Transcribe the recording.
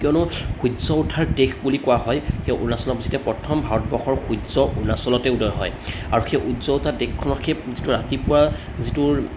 কিয়নো সূৰ্য্য় উঠাৰ দেশ বুলি কোৱা হয় সেই অৰুণাচলক যেতিয়া প্ৰথম ভাৰতবৰ্ষৰ সূৰ্য্য় অৰুণাচলতে উদয় হয় আৰু সেই সূৰ্য্য় উঠা দেশখনক সেই যিটো ৰাতিপুৱা যিটোৰ